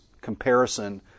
comparison